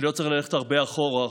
אני לא צריך ללכת הרבה אחורה,